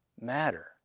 matter